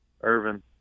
Irvin